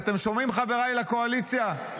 אתם שומעים, חבריי לקואליציה?